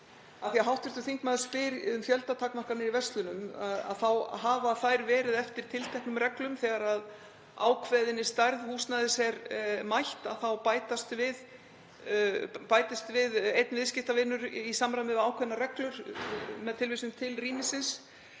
því að hv. þingmaður spyr um fjöldatakmarkanir í verslunum þá hafa þær verið eftir tilteknum reglum. Þegar ákveðinni stærð húsnæðis er mætt, þá bætist við einn viðskiptavinur í samræmi við ákveðnar reglur með tilvísun til rýmisins.